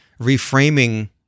reframing